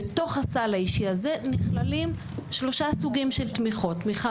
בתוך הסל האישי הזה נכללים 3 סוגי תמיכות: תמיכה